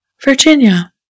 Virginia